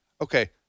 Okay